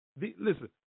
Listen